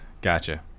Gotcha